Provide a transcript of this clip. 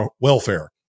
welfare